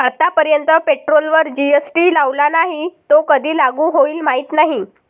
आतापर्यंत पेट्रोलवर जी.एस.टी लावला नाही, तो कधी लागू होईल माहीत नाही